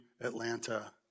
Atlanta